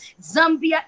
Zambia